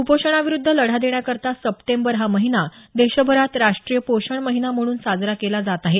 कूपोषणविरुद्ध लढा देण्याकरता सप्टेंबर हा महिना देशभरात राष्टीय पोषण माहिना म्हणून साजरा केला जात आहे